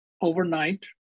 overnight